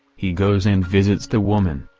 he goes and visits the woman.